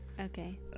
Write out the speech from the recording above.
Okay